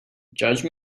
judge